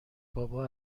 بابا